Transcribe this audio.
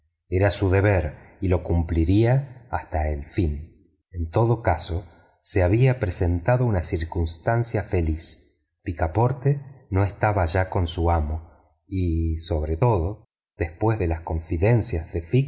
era su deber y lo cumpliría hasta el fin en todo caso se había presentado una circunstancia feliz picaporte no estaba ya con su amo y sobre todo después de las confidencias de